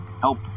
Help